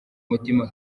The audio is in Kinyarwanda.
mutima